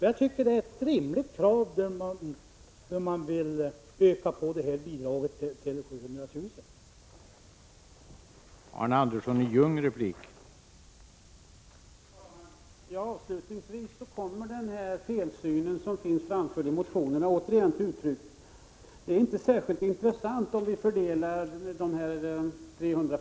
Jag tycker det är ett rimligt krav att öka på bidraget till Jägarnas riksförbund till 700 000 kr.